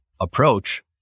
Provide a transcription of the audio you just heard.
approach